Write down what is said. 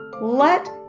let